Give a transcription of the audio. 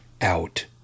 out